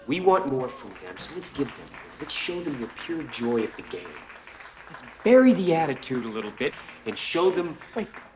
we want more from them so let's give them more let's show them your pure joy of the game let's bury the attitude a little bit and show them. like